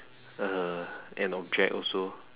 uh an object also